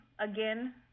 Again